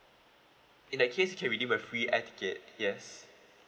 in that case you can redeem a free air ticket yes